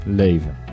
leven